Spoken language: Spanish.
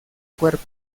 cuerpo